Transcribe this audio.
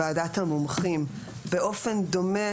שהוא מכניס את ועדת המומחים באופן דומה,